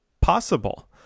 possible